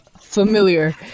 familiar